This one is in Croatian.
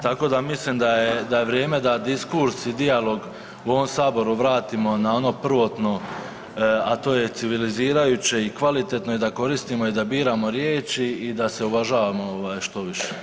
Tako da mislim da je vrijeme da diskurs i dijalog u ovom Saboru vratimo na ono prvotno, a to je civilzirajuće i kvalitetno i da koristimo i da biramo riječi i da se uvažavamo što više.